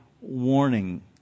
warning